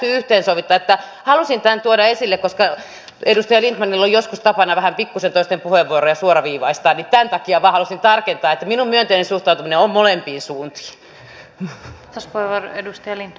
halusin tämän tuoda esille koska edustaja lindtmanilla on joskus tapana pikkusen toisten puheenvuoroja suoraviivaistaa ja tämän takia vain halusin tarkentaa että minun myönteinen suhtautumiseni on molempiin suuntiin